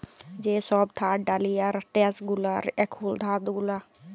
যে সব থার্ড ডালিয়ার ড্যাস গুলার এখুল ধার গুলা